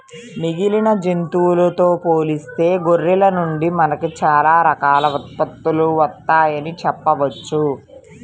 మిగిలిన జంతువులతో పోలిస్తే గొర్రెల నుండి మనకు చాలా రకాల ఉత్పత్తులు వత్తయ్యని చెప్పొచ్చు